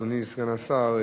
אדוני סגן השר,